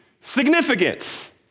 significance